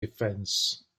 defense